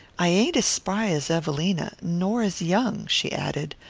i ain't as spry as evelina nor as young, she added,